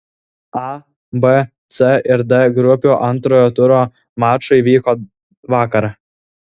a b c ir d grupių antrojo turo mačai vyko vakar